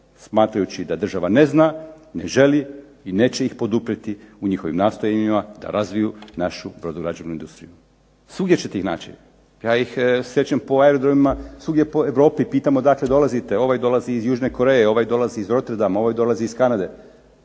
smatrajući da država ne zna, ne želi i neće ih poduprijeti u njihovim nastojanjima da razviju našu brodograđevnu industriju. Svugdje ćete ih naći. Ja ih srećem po aerodromima svugdje po Europi, pitam odakle dolazite. Ovaj dolazi iz južne Koreje, ovaj dolazi iz Roterdama, ovaj dolazi iz Kanade.